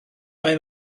mae